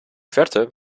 verte